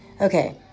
okay